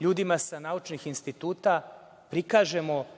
ljudima sa naučnih instituta prikažemo